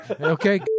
okay